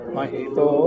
Mahito